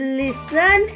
listen